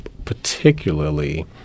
particularly